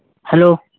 hello